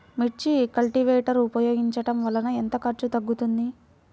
మిర్చి కల్టీవేటర్ ఉపయోగించటం వలన ఎంత ఖర్చు తగ్గుతుంది?